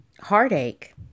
heartache